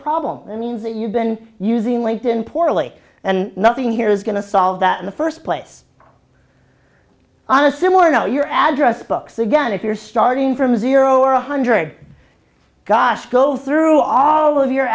problem that means that you've been using leads in poorly and nothing here is going to solve that in the first place on a similar know your address books again if you're starting from zero or a hundred gosh go through all of your